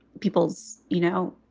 people's you know,